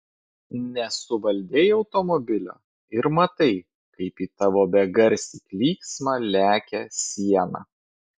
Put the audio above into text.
nesuvaldei automobilio ir matai kaip į tavo begarsį klyksmą lekia siena